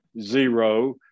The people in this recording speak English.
Zero